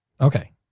Okay